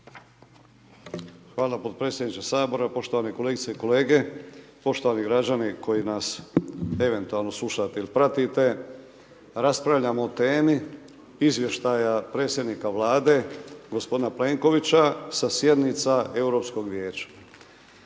Hvala potpredsjedniče Sabora, poštovane kolegice i kolege, poštovani građani koji nas eventualno slušate ili pratite, raspravljamo o temi izvještaja predsjednika Vlade, g. Plenkovića sa sjednica Europskog vijeća.